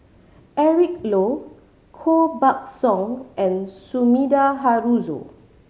Eric Low Koh Buck Song and Sumida Haruzo